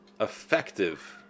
effective